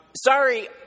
Sorry